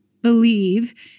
believe